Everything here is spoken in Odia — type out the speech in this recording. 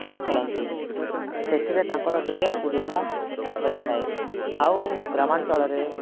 ଖେଳ ଖେଳନ୍ତି ସେଥିରେ ତାଙ୍କର ଟିକେ ଅସୁବିଧା ହୋଇଥାଏ ଆଉ ଗ୍ରାମାଞ୍ଚଳରେ